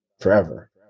forever